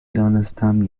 دانستم